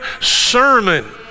sermon